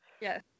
yes